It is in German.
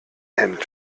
hemd